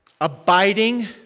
Abiding